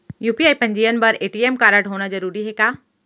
UPI पंजीयन बर ATM कारडहोना जरूरी हे का?